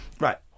Right